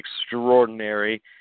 extraordinary